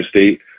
State